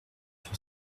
sur